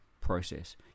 process